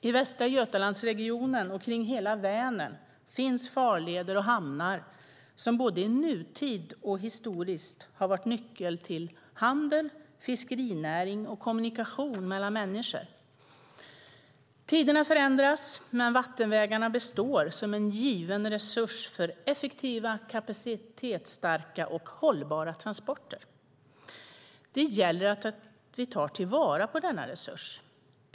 I Västra Götalandsregionen och omkring hela Vänern finns farleder och hamnar som både i nutid och historiskt har varit nycklar till handel, fiskerinäring och kommunikation mellan människor. Tiderna förändras men vattenvägarna består som en given resurs för effektiva, kapacitetsstarka och hållbara transporter. Det gäller att vi tar till vara denna resurs.